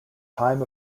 time